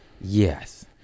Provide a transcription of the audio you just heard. Yes